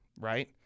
right